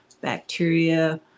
bacteria